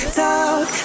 talk